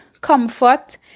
comfort